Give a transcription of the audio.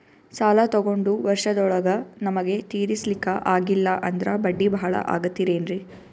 ಸಾಲ ತೊಗೊಂಡು ವರ್ಷದೋಳಗ ನಮಗೆ ತೀರಿಸ್ಲಿಕಾ ಆಗಿಲ್ಲಾ ಅಂದ್ರ ಬಡ್ಡಿ ಬಹಳಾ ಆಗತಿರೆನ್ರಿ?